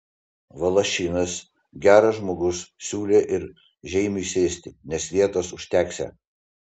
valašinas geras žmogus siūlė ir žeimiui sėsti nes vietos užteksią